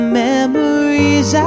memories